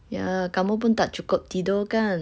ya kamu pun tak cukup tidur kan